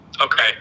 Okay